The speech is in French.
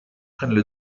prennent